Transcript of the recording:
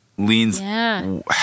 Leans